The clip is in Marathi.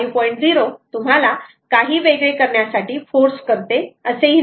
0 तुम्हाला काही वेगळे करण्यासाठी फोर्स करते असेही नाही